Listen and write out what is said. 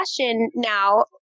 now